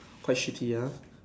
quite shitty ah